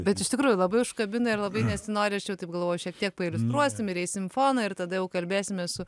bet iš tikrųjų labai užkabina ir labai nesinori aš jau taip galvoju šiek tiek pailiustruosim ir eisim į foną ir tada jau kalbėsimės su